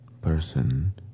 person